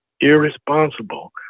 irresponsible